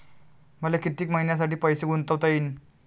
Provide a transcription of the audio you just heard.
मले कितीक मईन्यासाठी पैसे गुंतवता येईन?